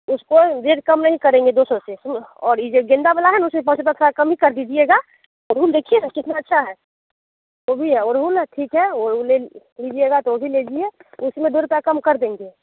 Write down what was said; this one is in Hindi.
उसको जिद कम नहीं करेंगे दो सौ से और इ जे गेंदा वाला है न उसे पाँच रुपया कम ही कर दीजिएगा अड़उल देखिए न कितना अच्छा है तो भी ये अड़उल ठीक है ले लीजिएगा तो वो भी ले लीजिए उसमें दो रुपया कम कर देंगे